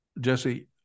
Jesse